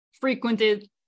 frequented